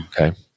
Okay